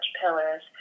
pillars